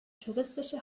touristische